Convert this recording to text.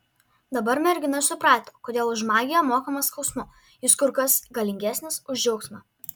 dabar mergina suprato kodėl už magiją mokama skausmu jis kur kas galingesnis už džiaugsmą